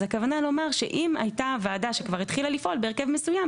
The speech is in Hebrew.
אז הכוונה לומר שאם הייתה ועדה שכבר התחילה לפעול בהרכב מסוים,